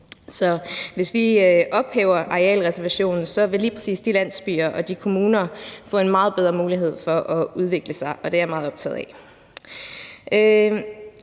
hvis vi ophæver arealreservationen, vil lige præcis de landsbyer og de kommuner få en meget bedre mulighed for at udvikle sig, og det er jeg meget optaget af.